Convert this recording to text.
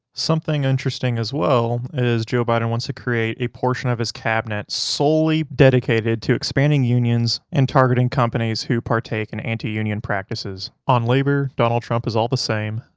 something interesting as well, is joe biden wants to create a portion of his cabinet solely dedicated to expanding unions, and targeting companies who partake in anti-union practices. on labor, donald trump is all the same,